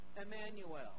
Emmanuel